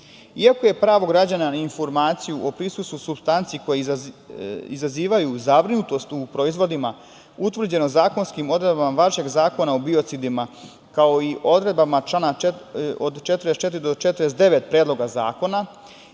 je pravo građana na informaciju o prisustvu supstanci koje izazivaju zabrinutost u proizvodima utvrđeno zakonskim odredbama važećeg Zakona o biocidima kao i odredbama od člana 44. do 49. Predloga zakona,